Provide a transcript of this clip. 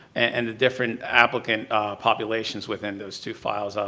and the different applicant populations within those two files. ah